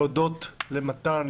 להודות למתן,